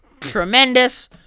Tremendous